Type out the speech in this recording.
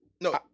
No